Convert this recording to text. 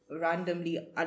randomly